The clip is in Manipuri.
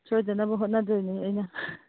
ꯁꯣꯏꯗꯅꯕ ꯍꯣꯠꯅꯗꯣꯏꯅꯤ ꯑꯩꯅ